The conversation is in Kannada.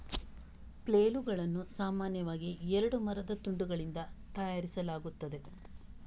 ಫ್ಲೇಲುಗಳನ್ನು ಸಾಮಾನ್ಯವಾಗಿ ಎರಡು ಮರದ ತುಂಡುಗಳಿಂದ ತಯಾರಿಸಲಾಗುತ್ತದೆ